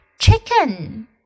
chicken